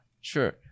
Sure